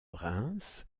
reims